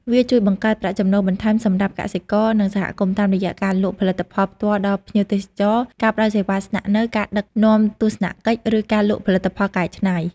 វាជួយបង្កើតប្រាក់ចំណូលបន្ថែមសម្រាប់កសិករ និងសហគមន៍ តាមរយៈការលក់ផលិតផលផ្ទាល់ដល់ភ្ញៀវទេសចរ ការផ្តល់សេវាស្នាក់នៅ ការដឹកនាំទស្សនកិច្ច ឬការលក់ផលិតផលកែច្នៃ ។